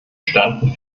standen